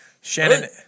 Shannon